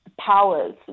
powers